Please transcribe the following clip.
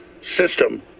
system